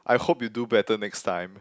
I hope you do better next time